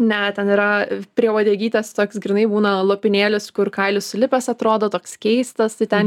ne ten yra prie uodegytės toks grynai būna lopinėlis kur kailis sulipęs atrodo toks keistas tai ten